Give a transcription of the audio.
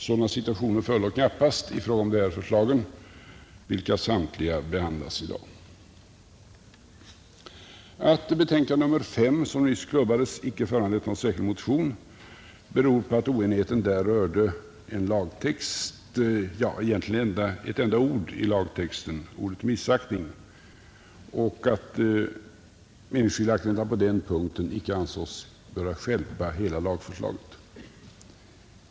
Sådana situationer förelåg knappast i fråga om de här förslagen, vilka samtliga behandlas i dag. Att betänkande nr 5, som nyss klubbades, icke föranlett någon särskild motion, beror på att oenigheten där rörde egentligen ett enda ord i lagtexten — ordet missaktning — och att meningsskiljaktigheten på den punkten icke ansågs böra stjälpa hela lagförslaget.